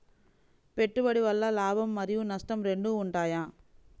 పెట్టుబడి వల్ల లాభం మరియు నష్టం రెండు ఉంటాయా?